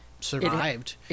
survived